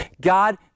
God